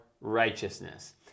righteousness